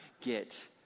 get